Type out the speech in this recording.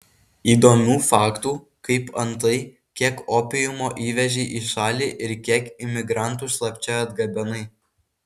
įdomių faktų kaip antai kiek opiumo įvežei į šalį ir kiek imigrantų slapčia atgabenai